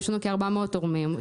יש לנו כ-400 תורמים.